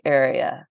area